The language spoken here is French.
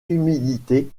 humidité